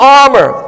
armor